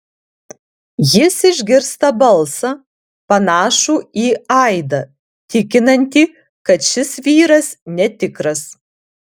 jis išgirsta balsą panašų į aidą tikinantį kad šis vyras netikras